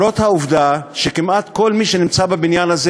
אף-על-פי שכמעט כל מי שנמצא בבניין הזה